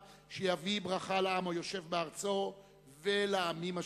שיביאו ברכה לעם היושב בארצו ולעמים השכנים.